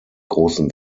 großen